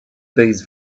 these